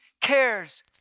cares